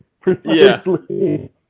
Precisely